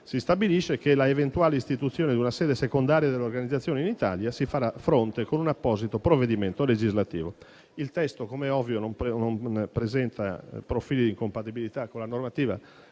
si stabilisce che, alla eventuale istituzione di una sede secondaria dell'organizzazione in Italia si farà fronte con apposito provvedimento legislativo. Il testo, come è ovvio, non presenta profili di incompatibilità con la normativa